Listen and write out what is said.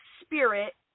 spirit